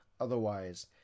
Otherwise